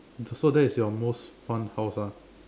so that's your most fun house ah